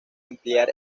ampliar